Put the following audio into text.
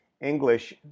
English